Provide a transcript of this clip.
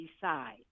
decide